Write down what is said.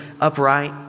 upright